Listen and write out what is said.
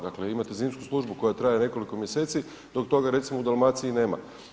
Dakle, imate zimsku službu koja traje nekoliko mjeseci, dok toga recimo u Dalmaciji nema.